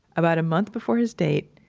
about a month before his date,